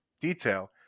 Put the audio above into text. detail